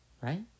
Right